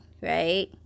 right